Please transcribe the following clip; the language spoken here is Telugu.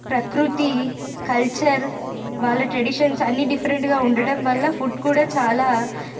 ప్రకృతి కల్చర్ వాళ్ళ ట్రెడిషన్స్ అన్ని డిఫరెంట్గా ఉండటం వల్ల ఫుడ్ కూడా చాలా